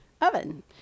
oven